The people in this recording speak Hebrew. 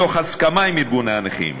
מתוך הסכמה עם ארגוני הנכים.